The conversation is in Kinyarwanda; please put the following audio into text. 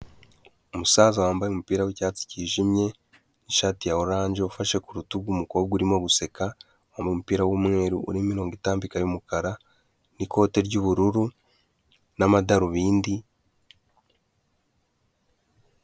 Umusaza wambaye umupira w'icyatsi cyijimye n'ishati ya oranje, ufashe ku rutugu umukobwa urimo guseka, wambaye umupira w'umweru, urimo imirongo itambika y'umukara n'ikote ry'ubururu n'amadarubindi.